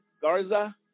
Garza